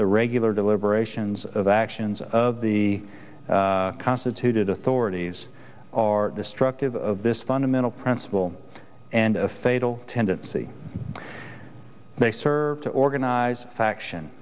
the regular deliberations of actions of the constituted authorities are destructive of this fundamental principle and a fatal tendency they serve to organize faction